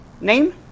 Name